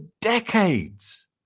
decades